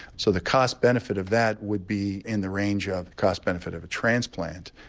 so the cost benefit of that would be in the range of cost benefit of a transplant.